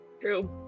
True